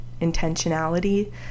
intentionality